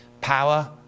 power